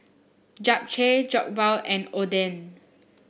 Japchae Jokbal and Oden